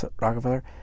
Rockefeller